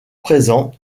présents